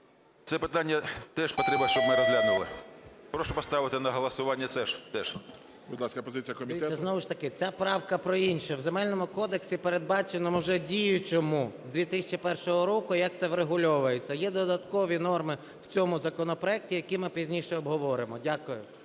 Це питання теж потрібно, щоб ми розглянули. Прошу поставити на голосування теж. ГОЛОВУЮЧИЙ. Будь ласка, позиція комітету. 11:38:54 СОЛЬСЬКИЙ М.Т. Дивіться, знову ж таки, ця правка про інше. В Земельному кодексі передбачено, вже діючому з 2001 року, як це врегульовується. Є додаткові норми в цьому законопроекті, які ми пізніше обговоримо. Дякую.